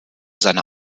seine